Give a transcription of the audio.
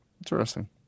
Interesting